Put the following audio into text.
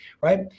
right